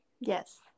Yes